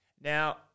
Now